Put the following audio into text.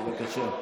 בבקשה.